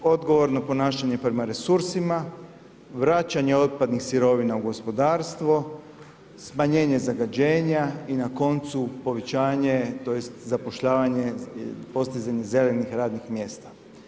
Odgovorno ponašanje prema resursima, vraćanje otpadnih sirovina u gospodarstvo, smanjenje zagađenja i na koncu povećanje, tj. zapošljavanje, postizanje zelenih radnih mjesta.